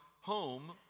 home